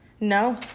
No